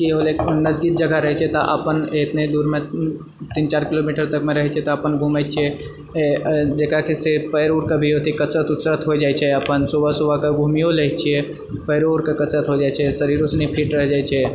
की होलय नजदीक जगह रहै छै तऽ अपन इतने दूरमे तीन चार किलोमीटर तकमे रहै छै तऽ अपन घुमए छिऐ जेकरा कि से पैर उर कऽ भी अथी कसरत उसरत हो जाइत छै अपन सुबह सुबहके घुमियो लए छिऐ पैरो उरके कसरत हो जाइत छै शरीरो फीट रह जाइत छै